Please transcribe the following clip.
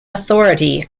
authority